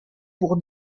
pour